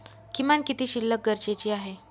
किमान किती शिल्लक गरजेची आहे?